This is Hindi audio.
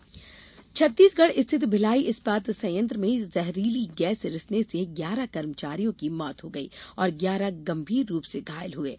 भिलाई हादसा छत्तीसगढ़ स्थित भिलाई इस्पात संयंत्र में जहरीली गैस रिसने से ग्यारह कर्मचारियों की मौत हो गई और ग्यारह गंभीर रूप से घायल हुये